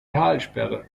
talsperre